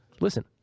Listen